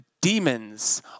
demons